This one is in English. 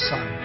Son